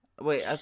Wait